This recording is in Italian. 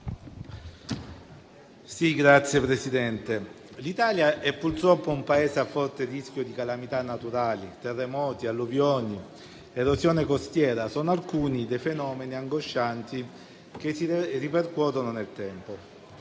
Signor Presidente, l'Italia è purtroppo un Paese a forte rischio di calamità naturali: terremoti, alluvioni ed erosione costiera sono alcuni dei fenomeni angoscianti che si ripercuotono nel tempo.